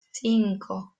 cinco